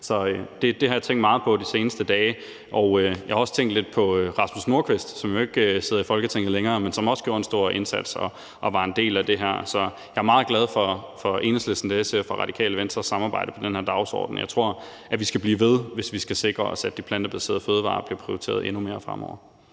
Det har jeg tænkt meget på de seneste dage, og jeg har også tænkt lidt på Rasmus Nordqvist, som jo ikke sidder i Folketinget længere, men som også gjorde en stor indsats og var en del af det her. Så jeg er meget glad for Enhedslisten, SF og Radikale Venstres samarbejde om den her dagsorden. Jeg tror, at vi skal blive ved, hvis vi skal sikre os, at de plantebaserede fødevarer bliver prioriteret endnu mere fremover.